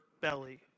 belly